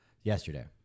Yesterday